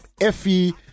Effie